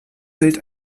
bild